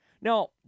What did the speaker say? Now